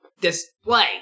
display